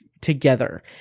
together